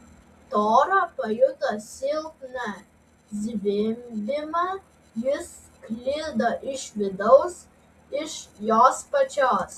tora pajuto silpną zvimbimą jis sklido iš vidaus iš jos pačios